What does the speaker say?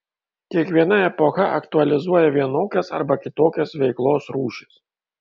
kiekviena epocha aktualizuoja vienokias arba kitokias veiklos rūšis